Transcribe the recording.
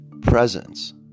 presence